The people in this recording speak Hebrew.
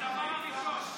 הדבר הראשון.